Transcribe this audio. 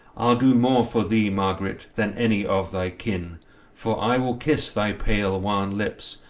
i'll do more for thee, margaret, than any of thy kin for i will kiss thy pale wan lips,